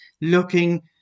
looking